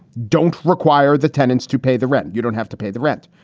don't require the tenants to pay the rent. you don't have to pay the rent.